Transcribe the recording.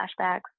flashbacks